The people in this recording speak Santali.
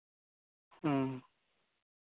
ᱦᱮᱸ